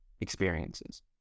experiences